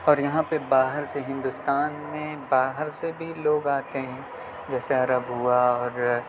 اور یہاں پر باہر سے ہندوستان میں باہر سے بھی لوگ آتے ہیں جیسے عرب ہوا اور